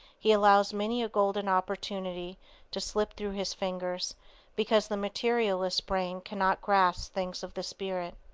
he allows many a golden opportunity to slip through his fingers because the materialist's brain cannot grasp things of the spirit.